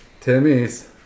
Timmy's